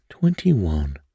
Twenty-one